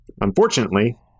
Unfortunately